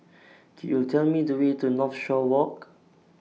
Could YOU Tell Me The Way to Northshore Walk